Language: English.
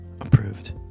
approved